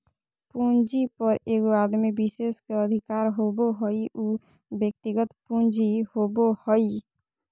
पूंजी पर एगो आदमी विशेष के अधिकार होबो हइ उ व्यक्तिगत पूंजी होबो हइ